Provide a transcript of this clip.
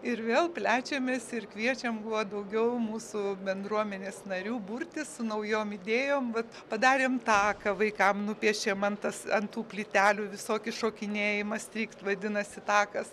ir vėl plečiamės ir kviečiam kuo daugiau mūsų bendruomenės narių burtis su naujom idėjom vat padarėm taką vaikam nupiešėm ant tas ant tų plytelių visokį šokinėjimą strykt vadinasi takas